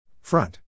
Front